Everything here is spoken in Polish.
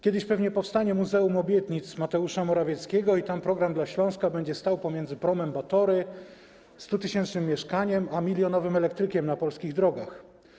Kiedyś pewnie powstanie muzeum obietnic Mateusza Morawieckiego i tam „Program dla Śląska” będzie stał pomiędzy promem Batory, stutysięcznym mieszkaniem a milionowym elektrykiem na polskich drogach.